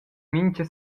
mintga